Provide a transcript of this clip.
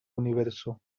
universo